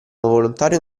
volontario